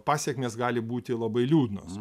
pasekmės gali būti labai liūdnos